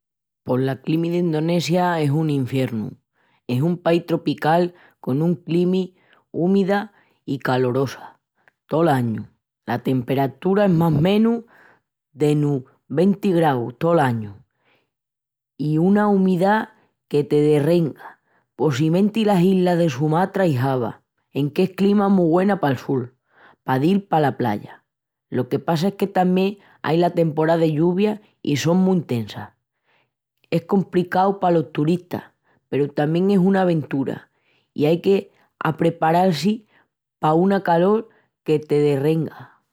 Pos la climi d'Indonesia es un infiernu es un país tropical con una climi úmida i calorosa tol añu la temperatura es más menus dunus venti graus tol añu i una umidá que te derrenga, possimenti las islas de Sumatra i Java, enque es clima mu güena pal sul, pa dil pala playa. Lo que passa es que tamién ai la temporá de lluvias i son mu intesas, es compricau palos turistas peru tamién es una aventura i ai qu'apreparal-si pa una calol que te derrenga.